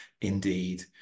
indeed